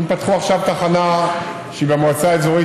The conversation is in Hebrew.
אם פתחו עכשיו תחנה שהיא במועצה אזורית